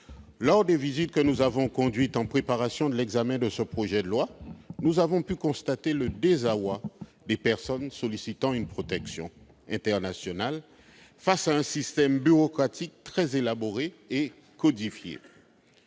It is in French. Lors des visites que nous avons conduites pour préparer l'examen de ce projet de loi, nous avons pu constater le désarroi des personnes sollicitant une protection internationale face à un système bureaucratique très élaboré et codifié.